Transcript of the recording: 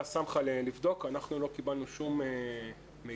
הסמכא לבדוק אנחנו לא קיבלנו שום מידע,